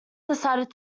decided